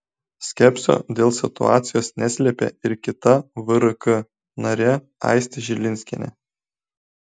skepsio dėl situacijos neslėpė ir kita vrk narė aistė žilinskienė